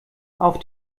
auf